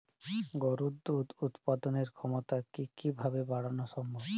গরুর দুধ উৎপাদনের ক্ষমতা কি কি ভাবে বাড়ানো সম্ভব?